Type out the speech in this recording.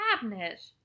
cabinet